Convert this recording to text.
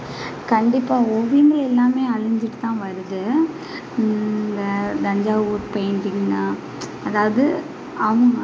கண்டிப்பாக ஓவியங்கள் எல்லாமே அழிஞ்சிட்டு தான் வருது இந்த தஞ்சாவூர் பெயிண்ட்டிங்கா அதாவது அவங்க